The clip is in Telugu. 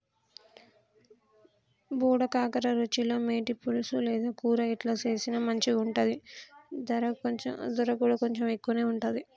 బోడ కాకర రుచిలో మేటి, పులుసు లేదా కూర ఎట్లా చేసిన మంచిగుంటది, దర కూడా కొంచెం ఎక్కువే ఉంటది